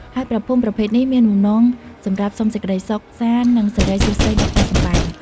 ហើយព្រះភូមិប្រភេទនេះមានបំណងសម្រាប់សុំសេចក្តីសុខសាន្ត និងសិរីសួស្តីដល់ផ្ទះសម្បែង។